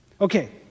Okay